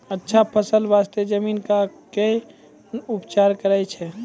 अच्छा फसल बास्ते जमीन कऽ कै ना उपचार करैय छै